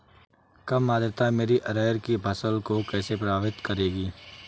कम आर्द्रता मेरी अरहर की फसल को कैसे प्रभावित करेगी?